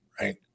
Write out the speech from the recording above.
right